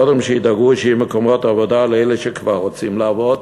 קודם שידאגו שיהיו מקומות עבודה לאלה שכבר רוצים לעבוד,